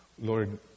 Lord